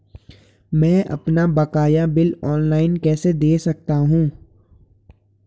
मैं अपना बकाया बिल ऑनलाइन कैसे दें सकता हूँ?